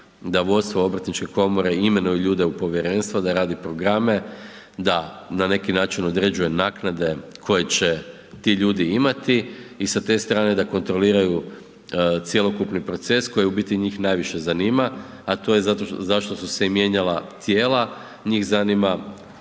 da vodstvo obrtničke komore imenuje ljude u povjerenstva, da radi programe, da na neki način određuje naknade koje će ti ljudi imati i sa te strane da kontroliraju cjelokupni proces koji u biti njih najviše zanima, a to je zašto su se i mijenjala tijela. Njih zanima